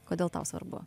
kodėl tau svarbu